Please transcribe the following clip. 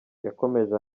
yakomeje